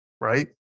right